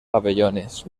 pabellones